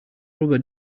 rubber